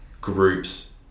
groups